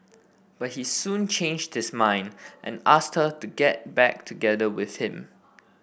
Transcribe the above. but he soon changed his mind and asked her to get back together with him